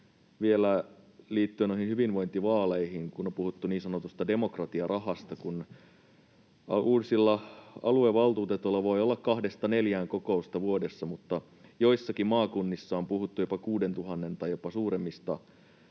vielä, liittyen noihin hyvinvointivaaleihin, on puhuttu niin sanotusta demokratiarahasta, kun uusilla aluevaltuutetuilla voi olla 2—4 kokousta vuodessa, mutta joissakin maakunnissa on puhuttu jopa 6 000:n tai jopa suuremmista rahoista,